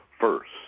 first